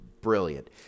brilliant